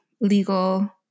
legal